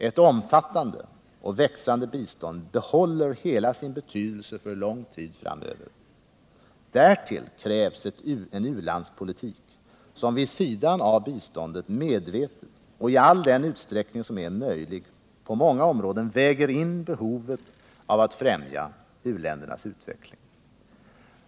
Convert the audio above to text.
Ett omfattande och växande bistånd behåller hela sin betydelse för lång tid framöver. Därtill krävs en u-landspolitik som vid sidan av biståndet medvetet och i all den utsträckning som är möjlig på många områden väger in behovet att främja u-ländernas utveckling.